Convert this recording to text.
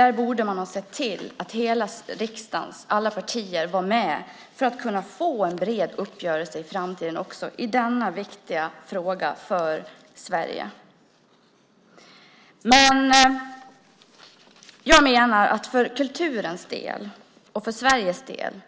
Där borde man ha sett till att alla partierna i riksdagen var med för att få en bred uppgörelse i framtiden också i denna för Sverige viktiga fråga. Jag menar att för kulturens del och för Sveriges del